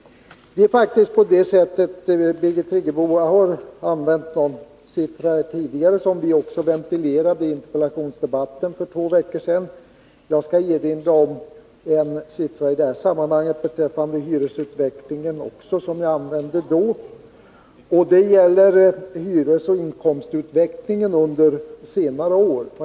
Det är faktiskt på det sättet, Birgit Friggebo. Dessa siffror ventilerade vi i interpellationsdebatten för två veckor sedan. Jag skall i detta sammanhang erinra om en siffra beträffande hyresutvecklingen som jag även nämnde då. Det gäller hyresoch inkomstutvecklingen under senare år.